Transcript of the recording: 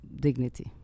dignity